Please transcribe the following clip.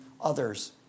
others